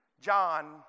John